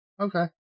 Okay